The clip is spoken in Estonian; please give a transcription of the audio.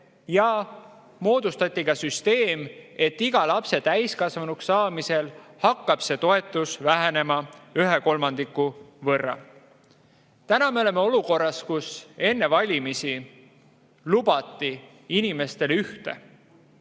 ja moodustati ka süsteem, et iga lapse täiskasvanuks saamisel hakkab see toetus vähenema ühe kolmandiku võrra. Nüüd oleme olukorras, kus enne valimisi lubati inimestele ühte,